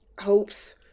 hopes